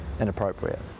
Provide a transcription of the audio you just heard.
inappropriate